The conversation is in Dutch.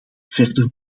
verder